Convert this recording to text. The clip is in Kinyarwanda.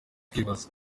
kwibaza